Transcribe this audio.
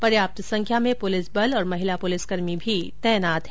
पर्याप्त संख्या में पुलिस बल और महिला पुलिसकर्मी भी तैनात हैं